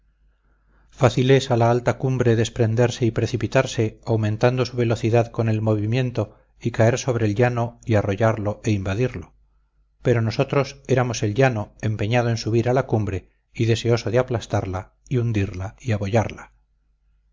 es a la alta cumbre desprenderse y precipitarse aumentando su velocidad con el movimiento y caer sobre el llano y arrollarlo e invadirlo pero nosotros éramos el llano empeñado en subir a la cumbre y deseoso de aplastarla y hundirla y abollarla